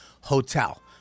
hotel